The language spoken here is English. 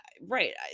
right